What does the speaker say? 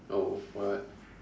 oh what